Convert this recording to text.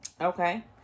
Okay